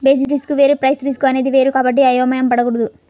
basis risk వేరు price risk అనేది వేరు కాబట్టి అయోమయం పడకూడదు